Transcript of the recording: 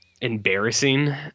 embarrassing